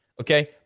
Okay